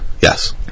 yes